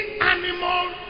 animal